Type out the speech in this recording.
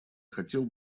хотел